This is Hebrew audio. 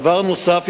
דבר נוסף,